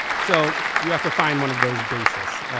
so you have to find one of those bases.